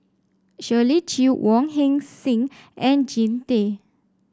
Shirley Chew Wong Heck Sing and Jean Tay